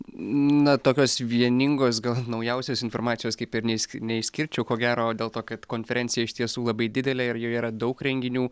na tokios vieningos gal naujausios informacijos kaip ir neiš neišskirčiau ko gero dėl to kad konferencija iš tiesų labai didelė ir joje yra daug renginių